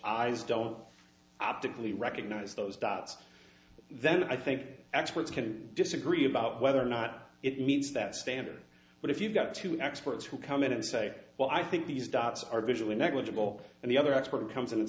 eyes don't have to clean recognize those dots then i think experts can disagree about whether or not it means that standard but if you've got two experts who come in and say well i think these dots are visually negligible and the other expert comes in and